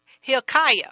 Hilkiah